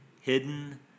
hidden